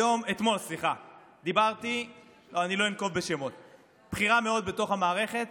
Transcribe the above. אתמול דיברתי עם בכירה מאוד בתוך המערכת,